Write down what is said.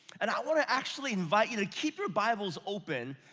and i want to actually invite you to keep your bibles open,